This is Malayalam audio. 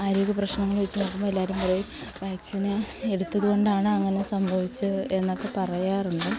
ആരോഗ്യ പ്രശ്നങ്ങൾ വച്ച് നോക്കുമ്പോൾ എല്ലാവരും പറയും വാക്സിന് എടുത്തതുകൊണ്ടാണ് അങ്ങനെ സംഭവിച്ചത് എന്നൊക്കെ പറയാറുണ്ട്